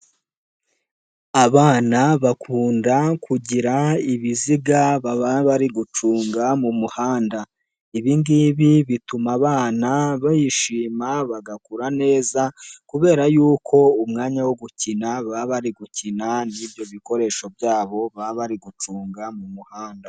Abana bakunda kugira ibiziga baba bari gucunga mu muhanda. Ibingibi bituma abana bishima bagakura neza, kubera yuko umwanya wo gukina baba bari gukina n'ibyo bikoresho byabo baba bari gucunga mu muhanda.